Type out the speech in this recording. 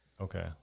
Okay